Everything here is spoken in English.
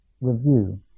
review